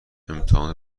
امتحان